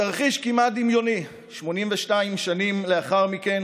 בתרחיש כמעט דמיוני, 82 שנים לאחר מכן